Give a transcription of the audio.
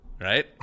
right